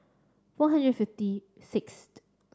four hundred fifty sixth